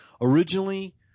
Originally